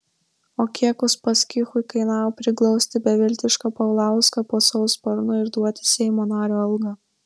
o kiek uspaskichui kainavo priglausti beviltišką paulauską po savo sparnu ir duoti seimo nario algą